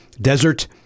desert